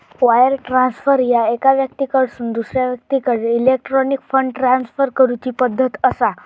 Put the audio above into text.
wire transfer ह्या एका व्यक्तीकडसून दुसरा व्यक्तीकडे इलेक्ट्रॉनिक फंड ट्रान्सफर करूची पद्धत असा